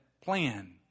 plan